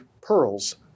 pearls